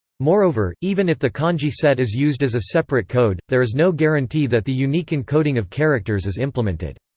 moreover, even if the kanji set is used as a separate code, there is no guarantee that the unique encoding of characters is implemented.